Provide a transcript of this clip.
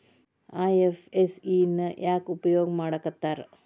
IFSC ನ ಯಾಕ್ ಉಪಯೊಗ್ ಮಾಡಾಕತ್ತಾರ?